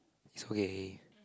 is okay